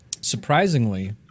Surprisingly